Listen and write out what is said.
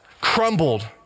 crumbled